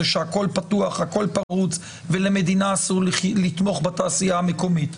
שהכל פתוח הכל פרוץ ולמדינה אסור לתמוך בתעשייה המקומית,